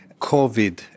COVID